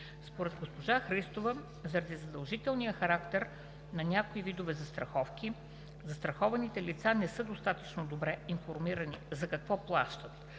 Според госпожа Христова заради задължителния характер на някои видове застраховки застрахованите лица не са достатъчно добре информирани за какво плащат,